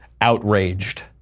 outraged